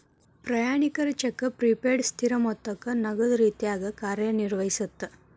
ಪ್ರಯಾಣಿಕರ check prepaid ಸ್ಥಿರ ಮೊತ್ತಕ್ಕ ನಗದ ರೇತ್ಯಾಗ ಕಾರ್ಯನಿರ್ವಹಿಸತ್ತ